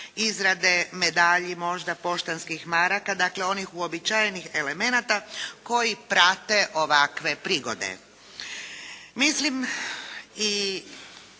izrade medalji, možda poštanskih maraka, dakle onih uobičajenih elemenata koji prate ovakve prigode. Mislim i